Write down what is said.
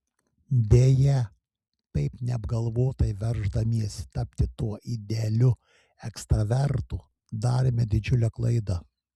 deja taip neapgalvotai verždamiesi tapti tuo idealiu ekstravertu darome didžiulę klaidą